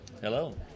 hello